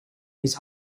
his